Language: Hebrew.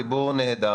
הציבור לא טוב.